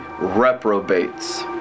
reprobates